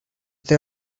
they